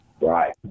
Right